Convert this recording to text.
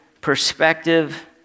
perspective